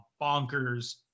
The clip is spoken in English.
bonkers